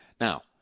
Now